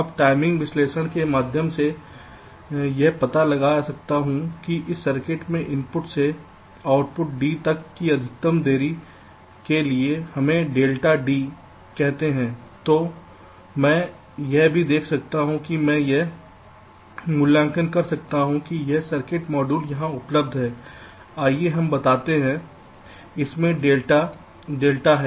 अब टाइमिंग विश्लेषण के माध्यम से मैं यह पता लगा सकता हूं कि इस सर्किट में इनपुट से आउटपुट D तक की अधिकतम देरी के लिए हमें डेल्टा D कहते है तो मैं यह भी देख सकता हूं कि मैं यह मूल्यांकन कर सकता हूं कि यह सर्किट मॉड्यूल यहां उपलब्ध है आइए हम बताते हैं इसमें डेल्टा डेल्टा है